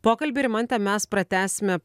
pokalbį rimante mes pratęsime